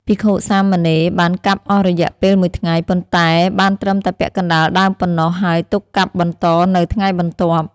ភិក្ខុ-សាមណេរបានកាប់អស់រយៈពេលមួយថ្ងៃ ប៉ុន្តែបានត្រឹមតែពាក់កណ្តាលដើមប៉ុណ្ណោះ ហើយទុកកាប់បន្តនៅថ្ងៃបន្ទាប់។